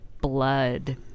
blood